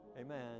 Amen